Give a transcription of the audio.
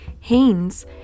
Haynes